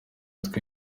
twe